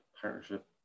partnership